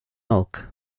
olc